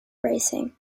racing